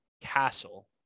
Castle